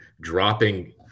dropping